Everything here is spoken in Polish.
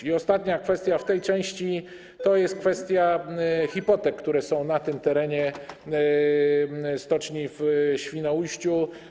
I ostatnia kwestia w tej części to jest kwestia hipotek, które są na terenie stoczni w Świnoujściu.